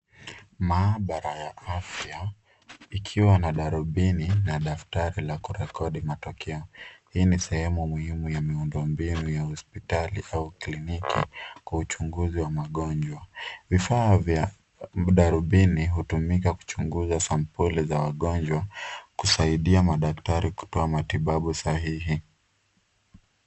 Maabara ya afya ikiwa na darubini na daftari la kurekodi matokeo. Hii ni sehemu muhimu ya miundombinu ya hospitali au kliniki kwa uchunguzi wa magonjwa. Vifaa vya darubini hutumika kuchunguza sampuli za wagonjwa kusaidia madaktari kutoa matibabu sahihi.